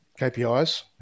KPIs